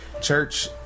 church